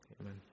amen